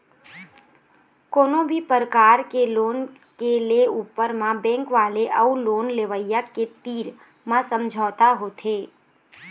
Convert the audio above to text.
कोनो भी परकार के लोन के ले ऊपर म बेंक वाले अउ लोन लेवइया के तीर म समझौता होथे